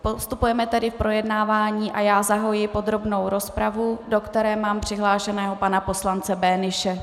Postupujeme tedy v projednávání a já zahajuji podrobnou rozpravu, do kterého mám přihlášeného pana poslance Böhnische.